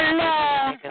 love